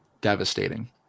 devastating